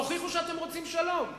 תוכיחו שאתם רוצים שלום,